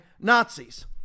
Nazis